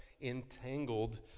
entangled